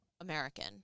American